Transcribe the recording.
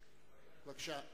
בבקשה.